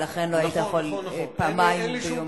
ולכן לא היית יכול פעמיים ביום.